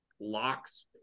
locks